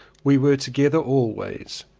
we were together always.